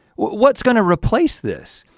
what's gonna replace this?